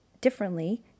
differently